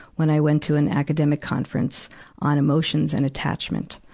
when i went to an academic conference on emotions and attachment.